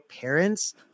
parents